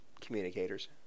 Communicators